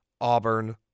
Auburn